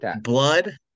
blood